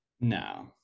no